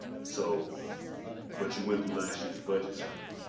so but you went through last year's budget cycle.